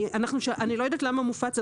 אני לא יודעת למה מופץ,